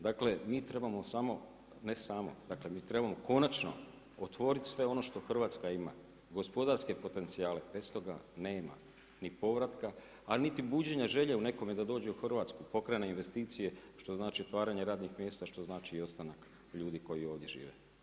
Dakle, mi trebamo samo, ne samo, dakle mi trebamo konačno otvoriti sve ono što Hrvatska ima, gospodarske potencijale, bez toga nema ni povratka ali ni buđenje želje u nekome da dođe u Hrvatsku, pokrene investicije, što znači otvaranje radnih mjesta, što znači i ostanak ljudi koji ovdje žive.